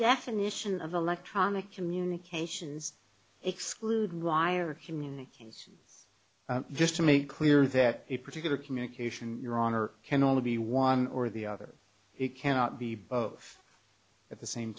definition of electronic communications exclude wire communications just to make clear that a particular communication your honor can only be one or the other it cannot be both at the same